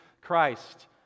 Christ